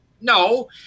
No